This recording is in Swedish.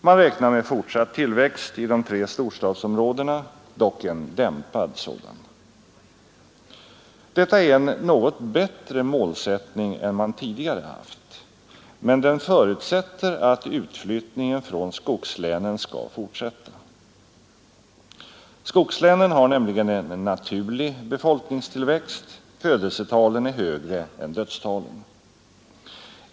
Man räknar med fortsatt tillväxt i de tre storstadsområdena, dock en dämpad sådan. Detta är en något bättre målsättning än man tidigare haft, men den förutsätter att utflyttningen från skogslänen skall fortsätta. Skogslänen har nämligen en naturlig befolkningstillväxt — födelsetalen är högre än dödstalen.